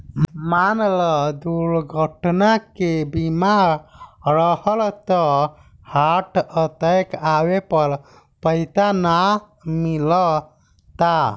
मान ल दुर्घटना के बीमा रहल त हार्ट अटैक आवे पर पइसा ना मिलता